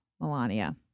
Melania